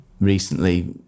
recently